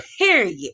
period